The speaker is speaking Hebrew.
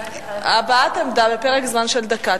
הבעת עמדה בפרק זמן של דקה,